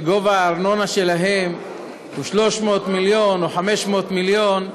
שגובה הארנונה שלהם הוא 300 מיליון או 500 מיליון,